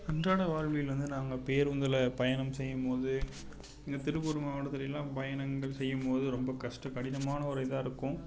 அன்றாட வாழ்வில் வந்து நாங்கள் பேருந்தில் பயணம் செய்யும்போது இங்கே திருப்பூர் மாவட்டத்துலலாம் பயணங்கள் செய்யும்போது ரொம்ப கஷ்ட கடினமான ஒரு இதாக இருக்கும்